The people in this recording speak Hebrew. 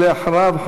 ולאחריו,